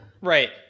Right